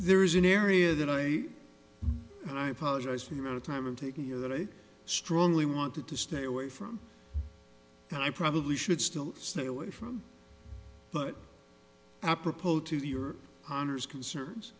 there is an area that i am and i apologize for the amount of time i'm taking here that i strongly wanted to stay away from and i probably should still stay away from but apropos to your honor's concerns